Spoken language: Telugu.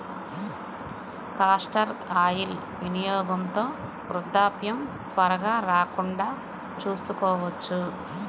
కాస్టర్ ఆయిల్ వినియోగంతో వృద్ధాప్యం త్వరగా రాకుండా చూసుకోవచ్చు